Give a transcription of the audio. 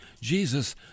Jesus